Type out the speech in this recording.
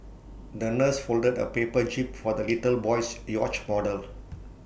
the nurse folded A paper jib for the little boy's yacht model